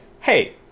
hey